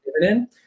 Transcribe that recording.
dividend